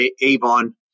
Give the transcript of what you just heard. Avon